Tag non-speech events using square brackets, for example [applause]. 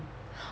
[breath]